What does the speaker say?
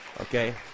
Okay